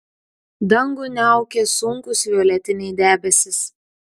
dangų niaukė sunkūs violetiniai debesys